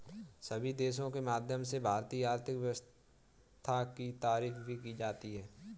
सभी देशों के माध्यम से भारतीय आर्थिक व्यवस्था की तारीफ भी की जाती है